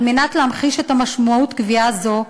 על מנת להמחיש את משמעות קביעה זו,